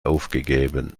aufgegeben